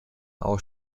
auch